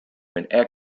when